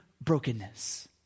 brokenness